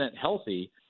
healthy